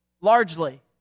largely